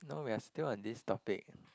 no we are still on this topic